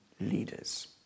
Leaders